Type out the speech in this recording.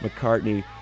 McCartney